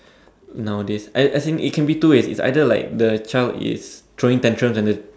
now a days as in it can be two ways is either like the child can be throwing tantrums and the